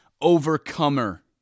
overcomer